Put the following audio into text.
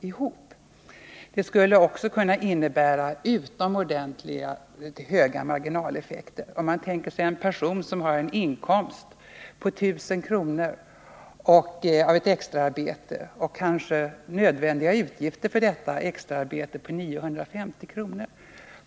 Förslaget skulle också kunna innebära utomordentligt höga marginaleffekter. Vi kan tänka oss en person som har en inkomst av ett extraarbete på 1000 kr. och kanske nödvändiga utgifter för detta arbete på 950 kr.